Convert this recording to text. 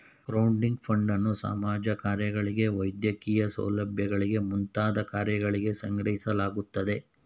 crowding ಫಂಡನ್ನು ಸಮಾಜ ಕಾರ್ಯಗಳಿಗೆ ವೈದ್ಯಕೀಯ ಸೌಲಭ್ಯಗಳಿಗೆ ಮುಂತಾದ ಕಾರ್ಯಗಳಿಗೆ ಸಂಗ್ರಹಿಸಲಾಗುತ್ತದೆ